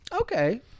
okay